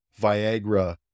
Viagra